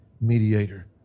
mediator